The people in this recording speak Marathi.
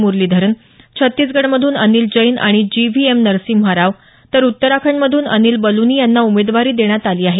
मुरलीधरन छत्तीसगढमधून अनिल जैन आणि G V S Narasimha Rao तर उत्तराखंडमधून अनिल बलूनी यांना उमेदवारी देण्यात आली आहे